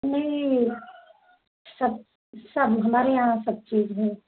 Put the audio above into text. मैं सब सब हमारे यहाँ सब चीज है